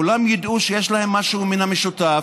כולם ידעו שיש להם משהו מן המשותף,